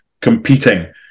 competing